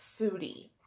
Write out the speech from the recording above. foodie